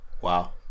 Wow